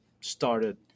started